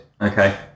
okay